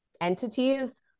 entities